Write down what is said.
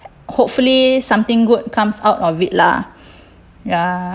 hopefully something good comes out of it lah ya